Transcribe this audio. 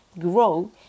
grow